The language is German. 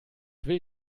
will